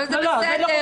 אבל זה בסדר.